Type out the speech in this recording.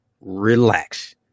Relax